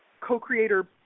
co-creator